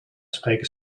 spreken